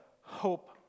hope